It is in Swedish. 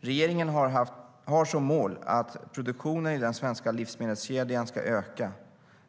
Regeringen har som mål att produktionen i den svenska livsmedelskedjan ska öka.